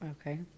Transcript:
Okay